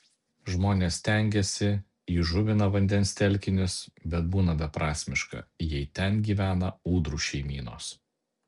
žmonės stengiasi įžuvina vandens telkinius bet būna beprasmiška jei ten gyvena ūdrų šeimynos